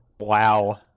Wow